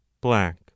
black